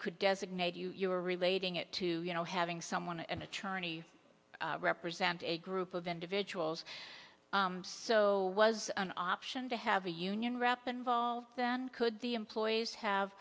could designate you or relating it to you know having someone an attorney represent a group of individuals so was an option to have a union rep involved then could the employees have